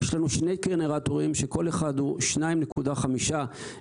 יש לנו שני גנרטורים שכל אחד הוא 2.5 מגה,